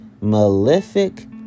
malefic